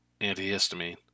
antihistamine